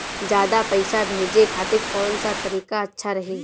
ज्यादा पईसा भेजे खातिर कौन सा तरीका अच्छा रही?